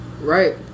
Right